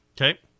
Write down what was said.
Okay